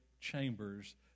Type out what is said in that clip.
Chambers